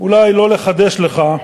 אולי לא לחדש לך,